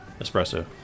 espresso